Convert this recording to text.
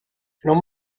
non